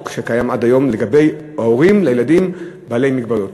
שקיים עד היום לגבי הורים לילדים בעלי מגבלות.